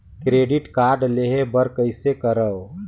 Credit card लेहे बर कइसे करव?